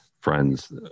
friends